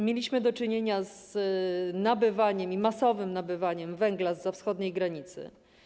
Mieliśmy do czynienia z nabywaniem, masowym nabywaniem węgla zza wschodniej granicy.